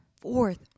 fourth